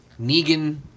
Negan